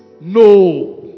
No